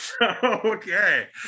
okay